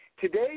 Today